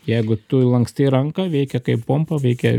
jeigu tu lankstai ranką veikia kaip pompa veikia